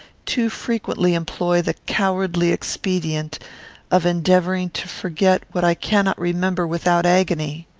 too frequently employ the cowardly expedient of endeavouring to forget what i cannot remember without agony.